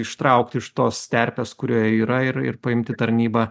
ištraukt iš tos terpės kurioje yra ir ir paimt tarnybą